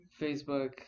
Facebook